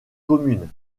communes